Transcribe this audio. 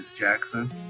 Jackson